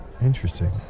Interesting